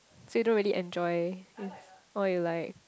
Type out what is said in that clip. so you do really enjoy all you like